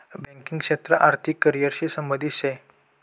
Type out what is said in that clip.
banking क्षेत्र आर्थिक career शी संबंधित शे